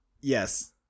Yes